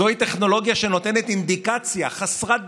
זוהי טכנולוגיה שנותנת אינדיקציה חסרת דיוק.